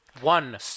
One